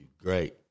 Great